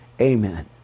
Amen